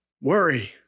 Worry